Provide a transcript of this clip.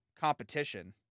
competition